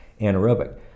anaerobic